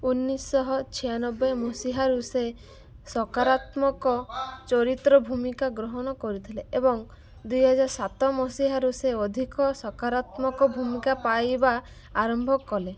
ଉଣେଇଶ ଛୟାନବେ ମସିହାରୁ ସେ ସକାରାତ୍ମକ ଚରିତ୍ର ଭୂମିକା ଗ୍ରହଣ କରିଥିଲେ ଏବଂ ଦୁଇହଜାର ସାତ ମସିହାରୁ ସେ ଅଧିକ ସକାରାତ୍ମକ ଭୂମିକା ପାଇବା ଆରମ୍ଭ କଲେ